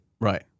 Right